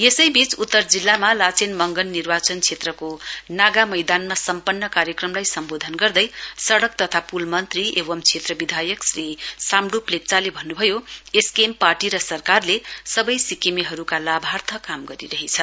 यसैबीच उत्तर जिल्लामा लाचेन मंगन निर्वाचन क्षेत्रको नागा मैदानमा सम्पन्न कार्यक्रमलाई सम्बोधन गर्दै सडक तथा पूल मन्त्री एवं क्षेत्र विधायक श्री साम्डुप लेप्चाले भन्नुभयो एसकेएम पार्टी र सरकारले सबै सिक्किमेहरूका लाभार्थ काम गरिरहेछ